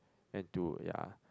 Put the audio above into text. and to ya